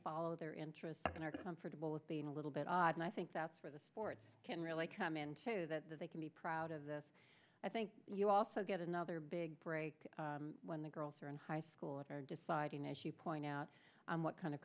follow their interests and are comfortable with being a little bit odd and i think that's where the sports can really come into that that they can be proud of this i think you also get another big break when the girls are in high school and are deciding as you point out what kind of